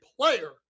player